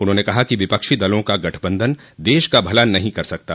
उन्होंने कहा कि विपक्षी दलों का गठबन्धन देश का भला नहीं कर सकता